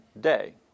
day